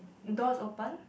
door is open